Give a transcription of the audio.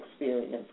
experience